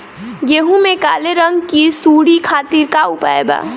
गेहूँ में काले रंग की सूड़ी खातिर का उपाय बा?